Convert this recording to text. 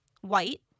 White